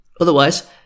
Otherwise